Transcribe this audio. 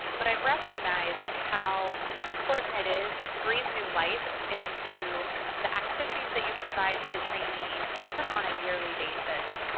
but i've recognized how important that is to breathe new life into the activities that you provide to the chinese even on a yearly basis.